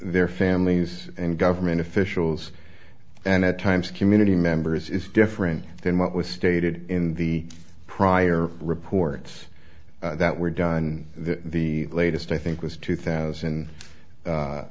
their families and government officials and at times community members is different than what was stated in the prior reports that were done the latest i think was two thousand